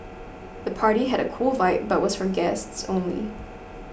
the party had a cool vibe but was for guests only